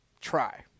try